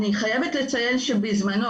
אני חייבת לציין שבזמנו,